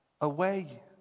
away